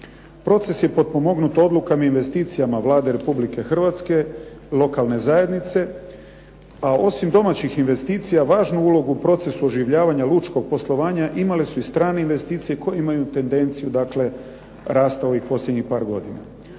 Proces je potpomognut odlukama i investicijama Vlade Republike Hrvatske, lokalne zajednice, a osim domaćih investicija važnu ulogu u procesu oživljavanja lučkog poslovanja imale su i strane investicije koje imaju tendenciju dakle rasta u ovih par godina.